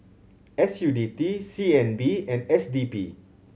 S U T D C N B and S D P